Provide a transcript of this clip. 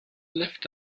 lifft